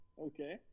Okay